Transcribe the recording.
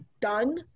done